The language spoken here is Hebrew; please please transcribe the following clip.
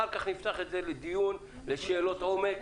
אחר כך נפתח את זה לדיון ולשאלות עומק.